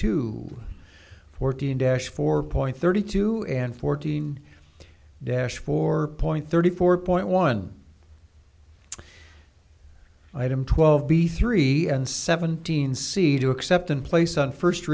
two fourteen dash four point thirty two and fourteen dash four point thirty four point one item twelve b three and seventeen c to accept in place on first